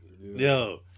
Yo